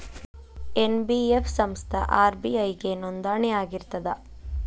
NBF ಸಂಸ್ಥಾ RBI ಗೆ ನೋಂದಣಿ ಆಗಿರ್ತದಾ?